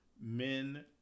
Men